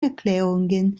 erklärungen